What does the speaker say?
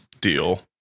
deal